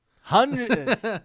Hundreds